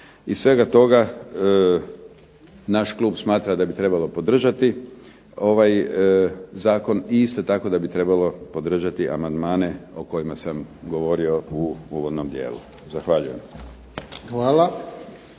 Iz svega toga naš klub smatra da bi trebalo podržati ovaj zakon i isto tako da bi trebalo podržati amandmane o kojima sam govorio u uvodnom dijelu. Zahvaljujem.